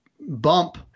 bump